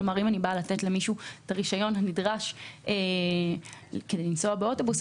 כלומר אם אני באה לתת למישהו את הרישיון הנדרש לנסוע באוטובוס.